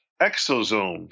exosomes